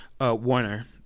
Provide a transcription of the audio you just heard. warner